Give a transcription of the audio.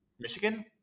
Michigan